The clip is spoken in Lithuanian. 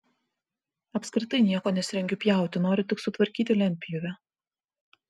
apskritai nieko nesirengiu pjauti noriu tik sutvarkyti lentpjūvę